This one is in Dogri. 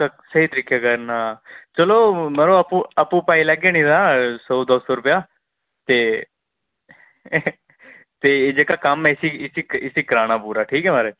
स्हेई तरीके करना चलो मड़ो आपूं आपूं पाई लैगे नेईं ता सौ दौ सौ रपेआ ते जेकर कम्म इसी इसी कराना पूरा ठीक ऐ महाराज